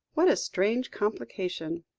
what a strange complication,